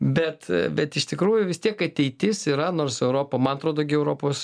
bet bet iš tikrųjų vis tiek ateitis yra nors europa man atrodo gi europos